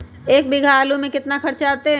एक बीघा आलू में केतना खर्चा अतै?